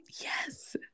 yes